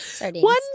one